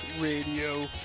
Radio